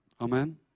Amen